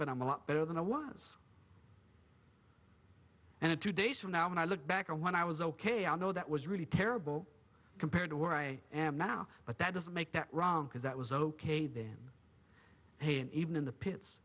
but i'm a lot better than i was and in two days from now when i look back on when i was ok i know that was really terrible compared to where i am now but that doesn't make that wrong because that was ok then pain even in the pits